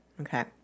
Okay